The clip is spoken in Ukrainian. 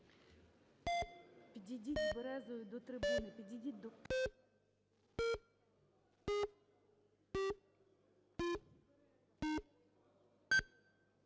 Дякую.